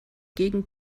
gegen